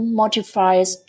modifiers